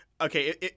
Okay